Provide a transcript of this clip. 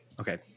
Okay